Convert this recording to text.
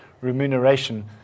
remuneration